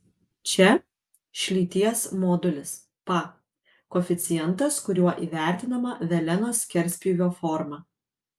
čia šlyties modulis pa koeficientas kuriuo įvertinama veleno skerspjūvio forma